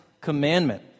commandment